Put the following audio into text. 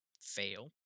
fail